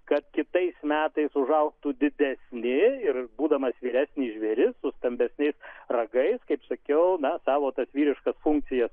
kad kitais metais užaugtų didesni ir būdamas vyresnis žvėris su stambesniais ragais kaip sakiau na savo vyriškas funkcijas